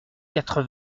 quatre